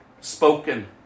spoken